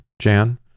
Jan